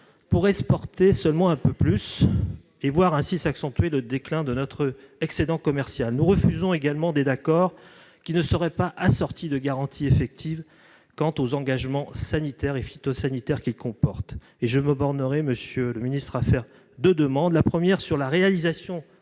pour exporter seulement un peu plus, et voir ainsi s'accentuer le déclin de notre excédent commercial. Nous refusons également des accords qui ne seraient pas assortis de garanties effectives quant aux engagements sanitaires et phytosanitaires qu'ils comportent. Je me bornerai à vous faire deux demandes. La première porte sur la réalisation